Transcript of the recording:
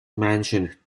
mentioned